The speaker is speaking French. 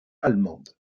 allemande